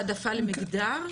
יש העדפה למגדר?